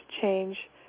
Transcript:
change